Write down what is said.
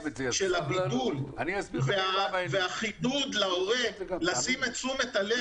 של הבידול והחידוד להורה לשים את תשומת הלב